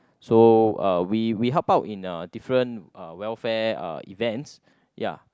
so uh we we help out in uh different uh welfare uh events ya